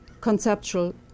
conceptual